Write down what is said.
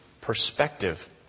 perspective